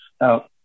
out